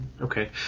Okay